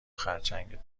خرچنگ